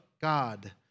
God